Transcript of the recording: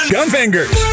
Gunfingers